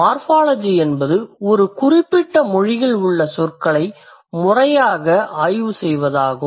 morphology என்பது ஒரு குறிப்பிட்ட மொழியில் உள்ள சொற்களை முறையாக ஆய்வுசெய்வதாகும்